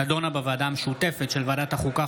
נדונה בוועדה משותפת של ועדת החוקה,